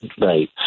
Right